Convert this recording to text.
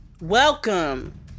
welcome